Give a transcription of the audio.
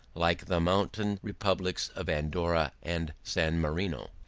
like the mountain republics of andorra and san marino.